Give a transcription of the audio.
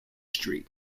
street